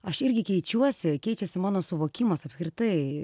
aš irgi keičiuosi keičiasi mano suvokimas apskritai